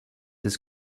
his